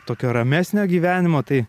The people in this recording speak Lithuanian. tokio ramesnio gyvenimo tai